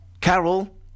Carol